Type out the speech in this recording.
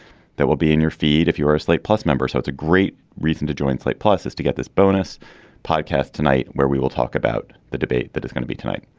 that will be in your feed if you're a slate plus member so it's a great reason to join slate plus us to get this bonus podcast tonight where we will talk about the debate that is going to be tonight